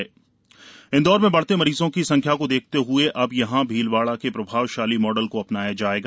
Bhilwara model Indore में बढ़ते मरीजों की संख्या को देखते हुए अब यहां भीलवाड़ा के प्रभावशाली मॉडल को अपनाया जाएगा